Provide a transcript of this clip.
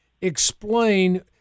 Explain